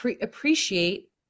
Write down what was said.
appreciate